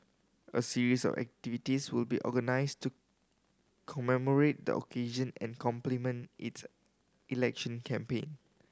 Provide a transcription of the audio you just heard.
a series of activities will be organised to commemorate the occasion and complement its election campaign